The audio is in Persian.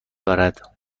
دارد